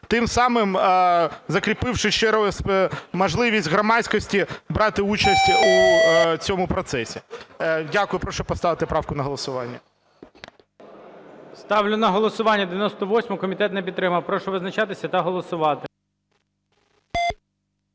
Тим самим закріпивши ще раз можливість громадськості брати участь у цьому процесі. Дякую. Прошу поставити правку на голосування. ГОЛОВУЮЧИЙ. Ставлю на голосування 98-у. Комітет не підтримав. Прошу визначатися та голосувати.